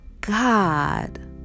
God